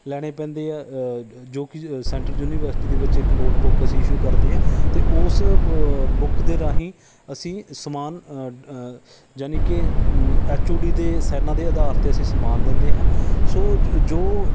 ਲੈਣੇ ਪੈਂਦੇ ਆ ਜੋ ਕਿ ਸੈਂਟਰ ਯੂਨੀਵਰਸਿਟੀ ਦੇ ਵਿੱਚ ਇੱਕ ਨੋਟ ਬੁੱਕ ਅਸੀਂ ਇਸ਼ੂ ਕਰਦੇ ਹਾਂ ਅਤੇ ਉਸ ਬੁੱਕ ਦੇ ਰਾਹੀਂ ਅਸੀਂ ਸਮਾਨ ਜਾਨੀ ਕਿ ਐਚ ਓ ਡੀ ਦੇ ਸਾਇਨਾ ਦੇ ਆਧਾਰ 'ਤੇ ਅਸੀਂ ਸਮਾਨ ਦਿੰਦੇ ਹਾਂ ਸੋ ਜੋ